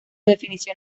definición